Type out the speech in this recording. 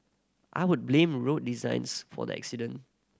I would blame road designs for the accident